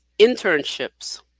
internships